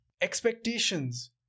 expectations